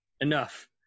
enough